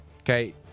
Okay